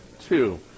two